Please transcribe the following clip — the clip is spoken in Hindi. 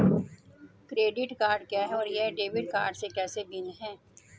क्रेडिट कार्ड क्या है और यह डेबिट कार्ड से कैसे भिन्न है?